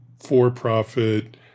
for-profit